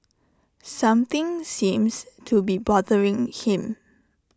something seems to be bothering him